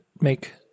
make